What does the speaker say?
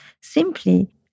simply